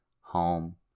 home